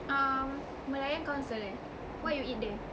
um malayan council eh what you eat there